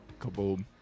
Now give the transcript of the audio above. Kaboom